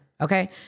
okay